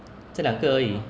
这两个而已